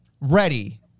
Ready